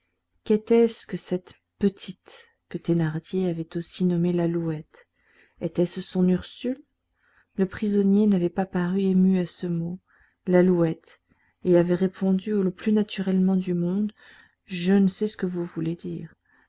qu'était-ce que cette petite que thénardier avait aussi nommée l'alouette était-ce son ursule le prisonnier n'avait pas paru ému à ce mot l'alouette et avait répondu le plus naturellement du monde je ne sais ce que vous voulez dire